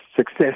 success